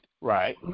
Right